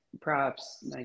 props